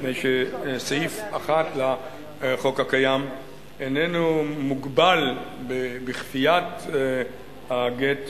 מפני שסעיף 1 לחוק הקיים איננו מוגבל בכפיית הגט